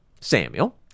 Samuel